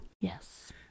yes